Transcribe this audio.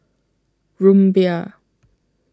Rumbia